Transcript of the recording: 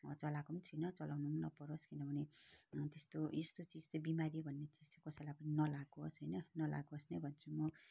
चलाएको पनि छुइनँ चलाउनु पनि नपरोस् किनभने त्यस्तो यस्तो चिज चाहिँ बिमारी भन्ने चिज चाहिँ कसैलाई पनि नलागोस् होइन नलागोस् नै भन्छु म